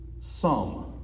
sum